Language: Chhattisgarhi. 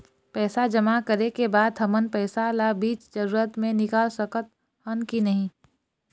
पैसा जमा करे के बाद हमन पैसा ला बीच जरूरत मे निकाल सकत हन की नहीं?